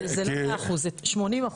זה לא 100%, זה 80%